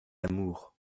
l’amour